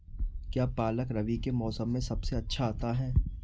क्या पालक रबी के मौसम में सबसे अच्छा आता है?